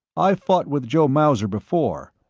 i've fought with joe mauser before.